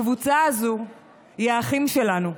הקבוצה הזאת היא האחים שלנו,